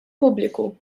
pubbliku